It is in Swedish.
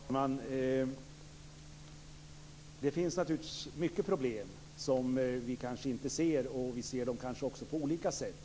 Fru talman! Det kan naturligtvis finnas många problem som vi inte ser eller som Kenneth Kvist och jag ser på olika sätt.